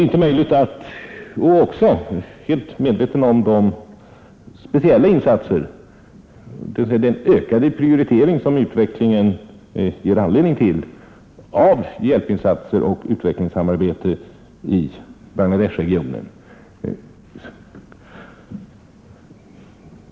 Jag är helt medveten om de speciella insatser, dvs. den ökade prioritering, som utvecklingen ger anledning till av hjälpinsatser och utvecklingssamarbete i Bangla Desh-regionen.